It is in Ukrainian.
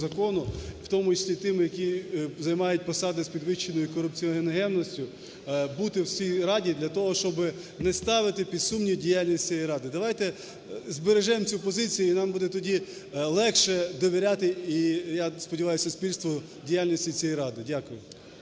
в тому числі і тим, які займають посади з підвищеною корупціогенністю, бути в цій раді для того, щоби не ставити під сумнів діяльність цієї ради. Давайте збережемо цю позицію, і нам буде тоді легше довіряти, і я сподіваюсь, суспільству, діяльності цієї ради. Дякую.